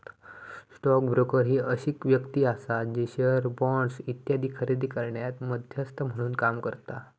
stock broker ही अशी व्यक्ती आसा जी शेअर्स, बॉण्ड्स इत्यादी खरेदी करण्यात मध्यस्थ म्हणून काम करता